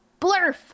Blurf